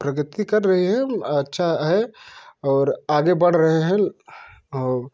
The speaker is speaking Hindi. प्रगति कर रहे हैं और अच्छा है और आगे बढ़ रहे हैं और